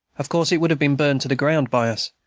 of course it would have been burned to the ground by us,